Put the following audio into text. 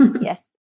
yes